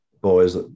boys